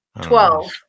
Twelve